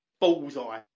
Bullseye